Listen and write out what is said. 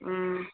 ꯎꯝ